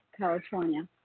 California